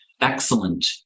excellent